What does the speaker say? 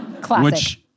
Classic